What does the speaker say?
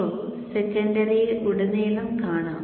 Vo സെക്കൻഡറിയിൽ ഉടനീളം കാണാം